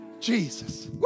Jesus